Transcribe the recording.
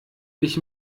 ich